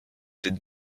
did